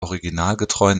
originalgetreu